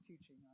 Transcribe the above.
teaching